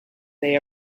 they